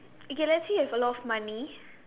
you can actually have a lot of money